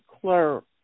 clerk